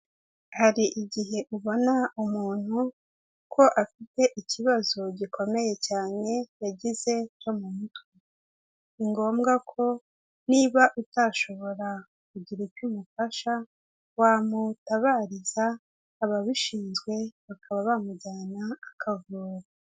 Hari igihe ubona umuntu ko afite ikibazo gikomeye cyane yagize cyo mu mutwe. Ni ngombwa ko niba utashobora kugira icyo umufasha, wamutabariza ababishinzwe bakaba bamujyana akavurwa.